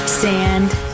Sand